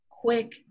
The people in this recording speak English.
quick